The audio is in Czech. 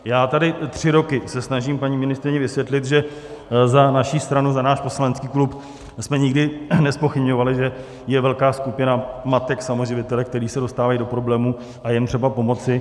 Já se tady tři roky snažím paní ministryni vysvětlit, že za naši stranu, za náš poslanecký klub jsme nikdy nezpochybňovali, že je velká skupina matek samoživitelek, které se dostávají do problémů, a je jim třeba pomoci.